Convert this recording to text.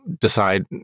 decide